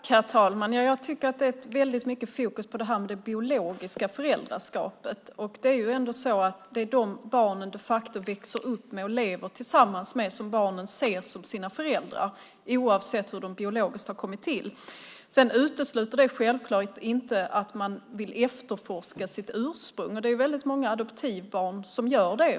Herr talman! Jag tycker att det är väldigt mycket fokus på det biologiska föräldraskapet. Det är de facto de som barnen växer upp och lever tillsammans med som barnen ser som sina föräldrar, oavsett hur barnen biologiskt har kommit till. Det utesluter självklart inte att man vill efterforska sitt ursprung, och det är väldigt många adoptivbarn som gör det.